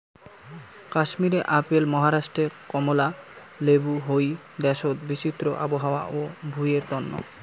কাশ্মীরে আপেল, মহারাষ্ট্রে কমলা লেবু হই দ্যাশোত বিচিত্র আবহাওয়া ও ভুঁইয়ের তন্ন